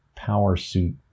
Powersuit